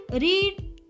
read